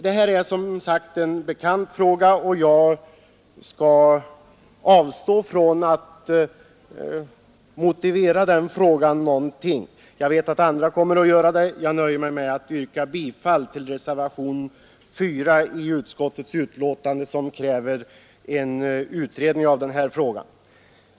Jag avstår från att motivera det krav som framförs i den motionen, eftersom jag vet att andra kommer att göra det. Jag nöjer mig med att yrka bifall till reservationen 4 vid utskottets betänkande, där det begärs en utredning av frågan.